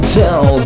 tell